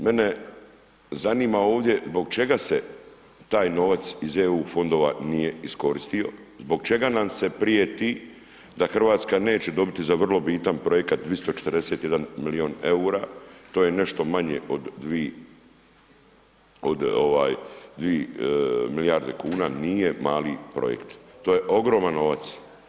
Mene zanima ovdje zbog čega se taj novac iz EU fondova nije iskoristio, zbog čega nam se prijeti da RH neće dobiti za vrlo bitan projekat 241 milion EUR-a to je nešto manje od 2, od ovaj 2 milijarde kuna nije mali projekt, to je ogroman novac.